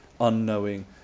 unknowing